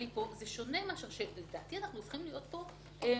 לפי מה שמופיע כרגע אנחנו הופכים להיות מזכירות,